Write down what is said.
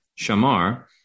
shamar